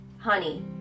honey